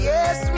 Yes